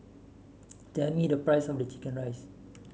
tell me the price of the chicken rice